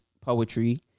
poetry